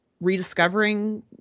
rediscovering